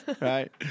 Right